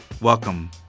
Welcome